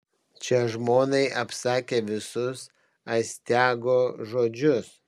čia žmonai apsakė visus astiago žodžius